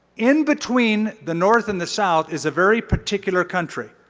in between the north and the south is a very particular country